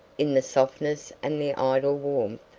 in the softness and the idle warmth,